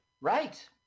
Right